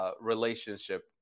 relationship